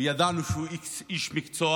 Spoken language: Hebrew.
וידענו שהוא איש מקצוע